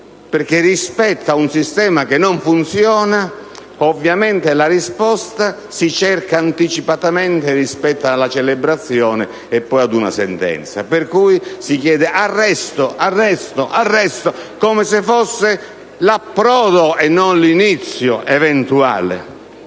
perché, rispetto ad un sistema che non funziona, ovviamente la risposta si cerca anticipatamente rispetto alla celebrazione e poi ad una sentenza. Pertanto, si chiede l'arresto come se fosse l'approdo e non l'inizio eventuale.